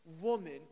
woman